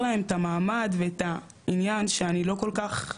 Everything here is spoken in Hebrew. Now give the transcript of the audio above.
להם את המעמד ואת העניין שאני לא כל כך כאילו,